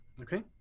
Okay